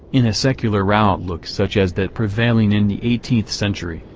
in a secular outlook such as that prevailing in the eighteenth century,